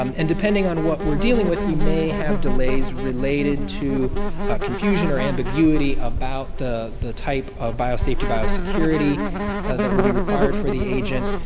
um and depending on what we're dealing with, we may have delays related to confusion or ambiguity about the the type of biosafety biosecurity that will be required for the agent.